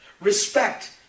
Respect